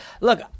Look